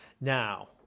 now